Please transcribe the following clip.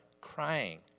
crying